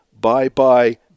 Bye-bye